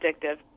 addictive